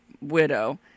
widow